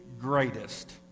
greatest